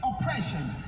oppression